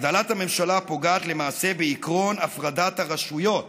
הגדלת הממשלה פוגעת למעשה בעקרון הפרדת הרשויות